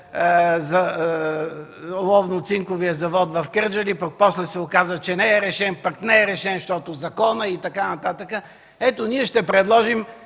Оловно-цинковия завод в Кърджали, пък после се оказа, че не е решен, пък не е решен, защото законът ... и така нататък. Ето ние ще предложим